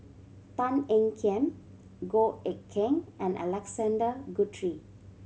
Tan Ean Kiam Goh Eck Kheng and Alexander Guthrie